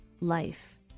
life